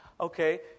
Okay